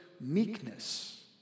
meekness